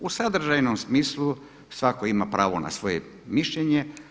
U sadržajnom smislu svatko ima pravo na svoje mišljenje.